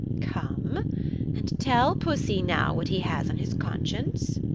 come and tell pussy now what he has on his conscience.